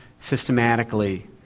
systematically